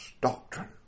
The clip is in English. doctrine